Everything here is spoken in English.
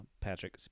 Patrick